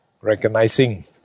recognizing